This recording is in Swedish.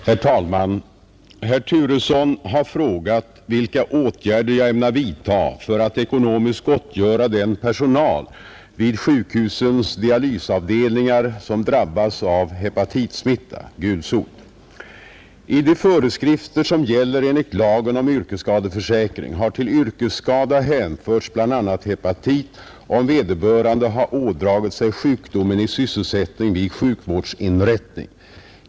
Herr talman! Herr Turesson har frågat vilka åtgärder jag ämnar vidta för att ekonomiskt gottgöra den personal vid sjukhusens dialysavdelningar som drabbas av hepatitsmitta . I de föreskrifter som gäller enligt lagen om yrkesskadeförsäkring har till yrkesskada hänförts bl.a. hepatit, om vederbörande har ådragit sig sjukdomen i sysselsättning vid sjukvårdsinrättning.